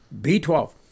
B12